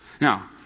Now